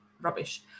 rubbish